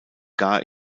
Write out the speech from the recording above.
gar